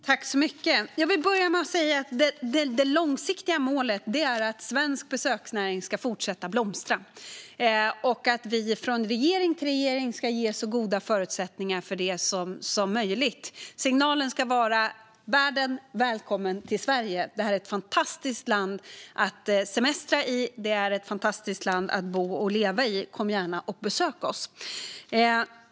Herr talman! Jag vill börja med att säga att det långsiktiga målet är att svensk besöksnäring ska fortsätta blomstra och att vi från regering till regering ska ge så goda förutsättningar för det som möjligt. Signalen ska vara: Världen, välkommen till Sverige! Det här är ett fantastiskt land att semestra i, och det är ett fantastiskt land att bo och leva i. Kom gärna och besök oss!